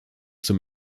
zum